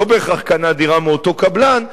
שלא בהכרח קנה דירה מאותו קבלן,